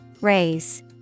Raise